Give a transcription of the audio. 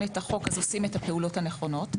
את החוק אז עושים את הפעולות הנכונות,